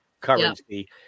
currency